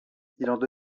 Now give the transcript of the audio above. devient